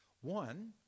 One